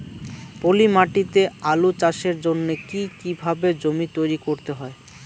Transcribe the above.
পলি মাটি তে আলু চাষের জন্যে কি কিভাবে জমি তৈরি করতে হয়?